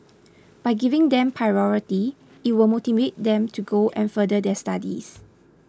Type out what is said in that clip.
by giving them priority it will motivate them to go and further their studies